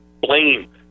blame